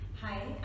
Hi